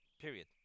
period